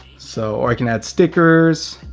so or i can add stickers,